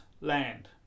land